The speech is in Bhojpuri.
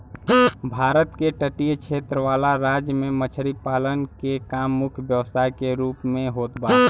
भारत के तटीय क्षेत्र वाला राज्य में मछरी पालन के काम मुख्य व्यवसाय के रूप में होत बा